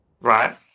right